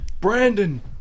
Brandon